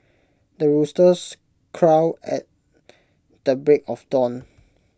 the roosters crows at the break of dawn